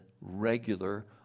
regular